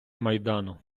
майдану